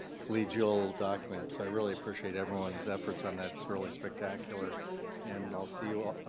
collegial document. so i really appreciate everyone's efforts on that. it's really spectacular and i'll see you all. ah